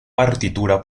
partitura